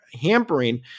hampering